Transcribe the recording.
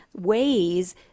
ways